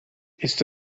ist